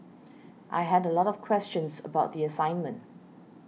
I had a lot of questions about the assignment